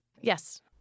Yes